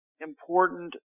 important